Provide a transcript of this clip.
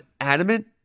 adamant